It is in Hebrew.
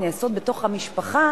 הם בתוך המשפחה,